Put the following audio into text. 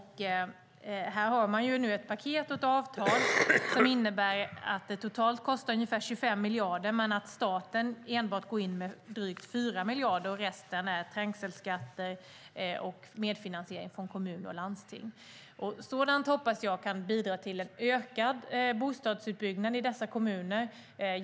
Här har man nu ett paket och ett avtal som innebär att det totalt kostar ungefär 25 miljarder men att staten enbart går in med drygt 4 miljarder. Resten är trängselskatter och medfinansiering från kommuner och landsting. Jag hoppas att sådant kan bidra till ökad bostadsutbyggnad i dessa kommuner.